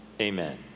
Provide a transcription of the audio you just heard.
Amen